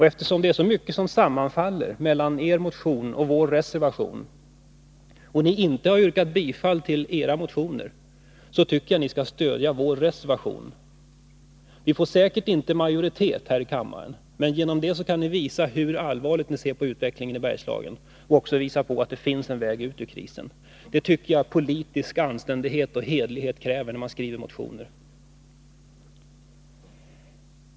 Eftersom det är så mycket som sammanfaller i era motioner och våra reservationer och ni inte har yrkat bifall till era motioner, tycker jag ni skall stödja vår reservation. Ni får säkert inte majoritet här i kammaren, men ni kan visa hur allvarligt ni ser på utvecklingen i Bergslagen och visa att det finns en väg ut ur krisen. Det tycker jag politisk anständighet och hederlighet kräver, när man skriver motioner.